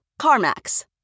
CarMax